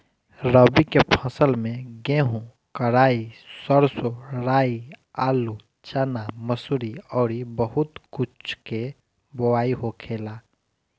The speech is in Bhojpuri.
रबी के फसल में गेंहू, कराई, सरसों, राई, आलू, चना, मसूरी अउरी बहुत कुछ के बोआई होखेला